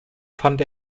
fand